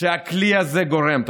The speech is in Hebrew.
שהכלי הזה גורם להם.